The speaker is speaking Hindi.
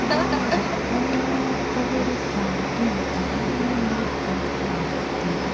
तो मैं डब्बों का जो एक क्वालिटी होता है वो मैं मेरे किचेन का अलग रखती हूँ